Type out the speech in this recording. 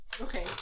Okay